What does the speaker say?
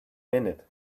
minute